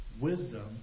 Wisdom